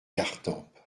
gartempe